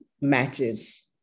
matches